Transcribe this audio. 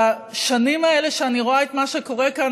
בשנים האלה שאני רואה את מה שקורה כאן